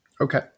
Okay